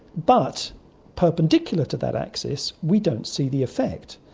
but perpendicular to that axis we don't see the effect,